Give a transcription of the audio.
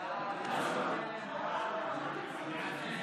סיעת ישראל ביתנו להביע